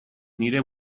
nire